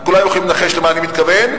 כולם יכולים לנחש למה אני מתכוון,